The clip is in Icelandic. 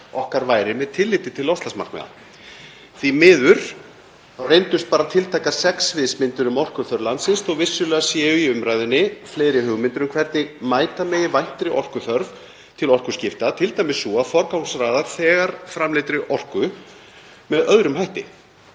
okkar væri með tilliti til loftslagsmarkmiða. Því miður reyndust bara tiltækar sex sviðsmyndir um orkuþörf landsins þótt vissulega séu í umræðunni fleiri hugmyndir um hvernig mæta megi væntri orkuþörf til orkuskipta, t.d. sú að forgangsraða þegar framleiddri orku með öðrum hætti.